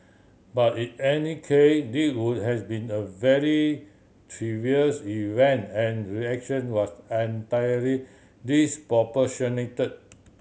but in any K this would has been a very trivials event and reaction was entirely disproportionate